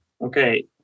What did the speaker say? Okay